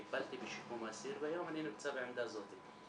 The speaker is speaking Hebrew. טיפלתי בשיקום אסירים והיום אני נמצא בעמדה הזאת.